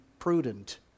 prudent